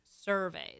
surveys